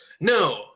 No